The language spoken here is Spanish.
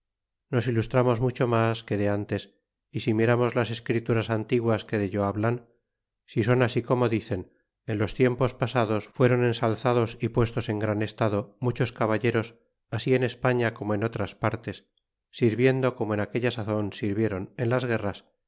nos ilustramos mucho mas que de ntes y si miramos las escrituras antiguas que dello hablan si son así como dicen en los tiempos pasados fueron ensalzados y puestos en gran estado muchos caballeros así en españa como en otras partes sirviendo como en aquella saz on sirvieron en las guerras